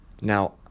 Now